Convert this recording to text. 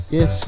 Yes